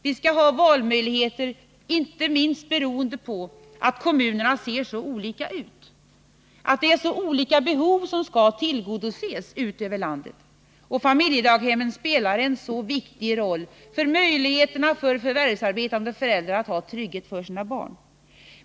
Vi skall ha valmöjligheter, inte minst beroende på att kommunerna ser olika ut, att olika behov skall tillgodoses ute i landet. Familjedaghemmen spelar en viktig roll för förvärvsarbetande föräldrars möjligheter att känna trygghet för sina barn.